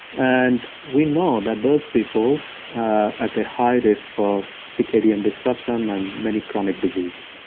and we know that those people at a high risk for circadian disruption and many chronic disease.